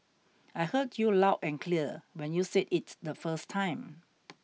I heard you loud and clear when you said it the first time